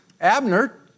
Abner